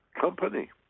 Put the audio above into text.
company